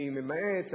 אני ממעט,